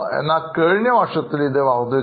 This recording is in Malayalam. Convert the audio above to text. എന്നാൽ കഴിഞ്ഞ വർഷത്തിൽ ഇത് വർധിച്ചു